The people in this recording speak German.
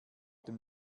dem